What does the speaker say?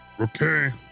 Okay